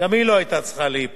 גם היא לא היתה צריכה להיפגע.